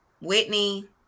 Whitney